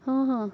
ᱦᱮᱸ ᱦᱮᱸ